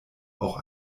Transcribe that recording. auch